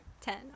Ten